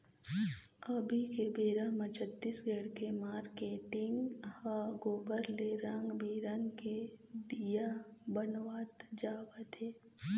अभी के बेरा म छत्तीसगढ़ के मारकेटिंग ह गोबर ले रंग बिंरग के दीया बनवात जावत हे